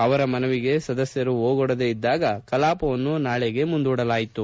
ಅವರ ಮನವಿಗೆ ಸದಸ್ಯರು ಓಗೊಡದೇ ಇದ್ದಾಗ ಕಲಾಪವನ್ನು ನಾಳೆಗೆ ಮುಂದೂಡಲಾಯಿತು